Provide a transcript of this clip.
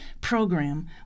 program